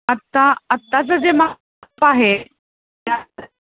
आत्ता आत्ताचं जे माप आहे त्या साय